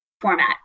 format